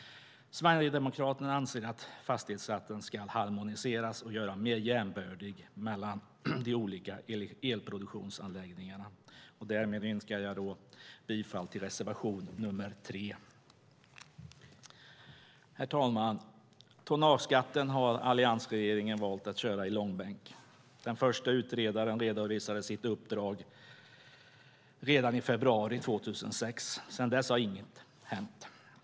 Sverigedemokraterna anser att fastighetsskatten ska harmoniseras och göras mer jämbördig mellan de olika elproduktionsanläggningarna. Därmed yrkar jag bifall till reservation nr 3. Herr talman! Tonnageskatten har alliansregeringen valt att köra i långbänk. Den första utredaren redovisade sitt uppdrag redan i februari 2006. Sedan dess har inget hänt.